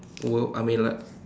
worth I mean like